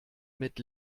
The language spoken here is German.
mit